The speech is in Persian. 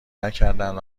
نکردند